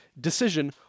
decision